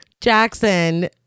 Jackson